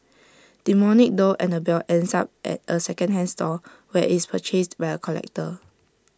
demonic doll Annabelle ends up at A second hand store where IT is purchased by A collector